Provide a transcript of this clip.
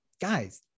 guys